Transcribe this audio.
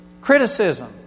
criticism